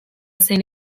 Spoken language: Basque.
zein